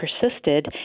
persisted